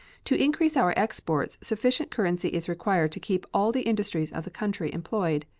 to increase our exports sufficient currency is required to keep all the industries of the country employed.